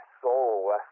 soul